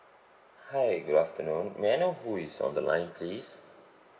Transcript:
hi good afternoon may I know who is on the line please